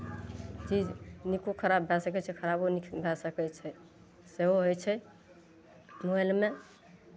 चीज नीको खराब भए सकै छै खराबो नीक भए सकै छै सेहो होइ छै मोबाइलमे